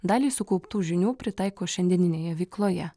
dalį sukauptų žinių pritaiko šiandieninėje veikloje